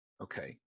Okay